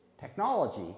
technology